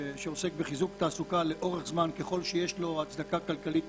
שעוסק בחיזוק התעסוקה לאורך זמן ככול שיש לו הצדקה כלכלית,